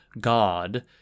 God